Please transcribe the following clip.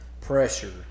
pressure